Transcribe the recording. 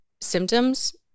symptoms